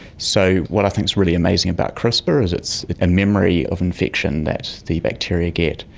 so what i think is really amazing about crispr is it's a memory of infection that the bacteria get,